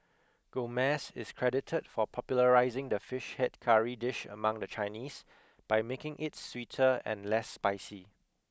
Gomez is credited for popularising the Fish Head Curry dish among the Chinese by making it sweeter and less spicy